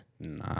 Nah